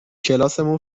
کلاسمون